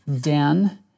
Dan